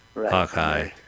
Hawkeye